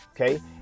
Okay